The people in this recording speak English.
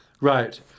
Right